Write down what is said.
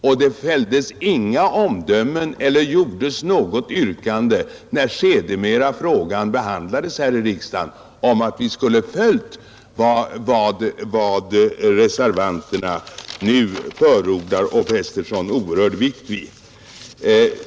När frågan sedermera behandlades i riksdagen fälldes inga yttranden och ställdes inget yrkande om att regeringen skulle ha följt den ordning som reservanterna nu förordar och fäster så oerhört stor vikt vid.